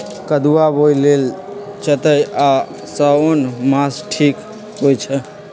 कदुआ बोए लेल चइत आ साओन मास ठीक होई छइ